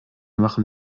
machen